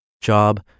job